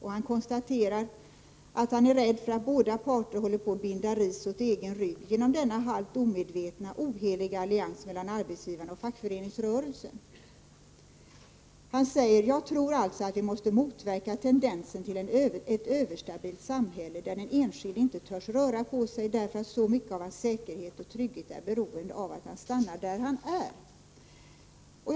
Han konstaterar att han är rädd för att ”båda parter håller på att binda ris åt egen rygg genom denna halvt omedvetna oheliga allians mellan arbetsgivarna och fackföreningsrörelsen”. Vidare skriver han: ”Jag tror alltså att vi måste motverka tendensen till ett överstabilt samhälle, där den enskilde inte törs röra på sig, därför att så mycket av hans säkerhet och trygghet är beroende av att han stannar där han v.